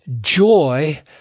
joy